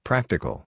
Practical